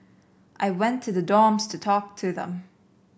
I went to the dorms to talk to them